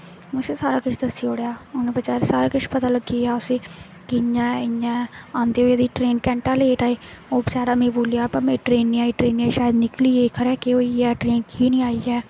में उसी सारा किश दस्सी ओड़ेआ उन्नै बचारे गी सारा किश पता लग्गी गेआ उसी कि इ'यां ऐ इ'यां ऐ आंदे होई ओह्दी ट्रेन घैंटा लेट आई ओह् बेचारा मिगी बोलेआ मेरी ट्रेन नेईं आई ट्रेन नेईं आई शायद निकली गेई खरै केह् होई गेआ ऐ ट्रेन की नेईं आई ऐ